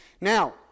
Now